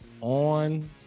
on